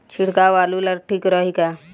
छिड़काव आलू ला ठीक रही का?